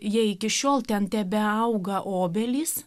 jie iki šiol ten tebeauga obelys